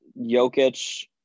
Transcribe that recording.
Jokic